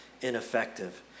ineffective